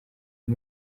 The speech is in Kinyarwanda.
iyi